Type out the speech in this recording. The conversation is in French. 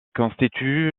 constitue